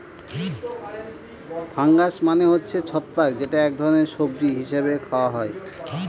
fungus মানে হচ্ছে ছত্রাক যেটা এক ধরনের সবজি হিসেবে খাওয়া হয়